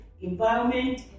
environment